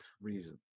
reason